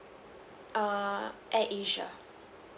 err AirAsia